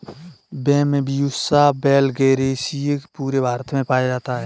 Bambusa vulgaris पूरे भारत में पाया जाता है